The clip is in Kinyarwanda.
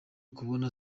kubona